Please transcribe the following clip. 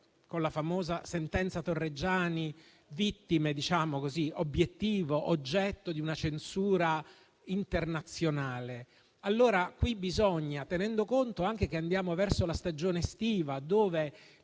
con la famosa sentenza Torreggiani, oggetto di una censura internazionale. Allora qui, tenendo conto anche che andiamo verso la stagione estiva,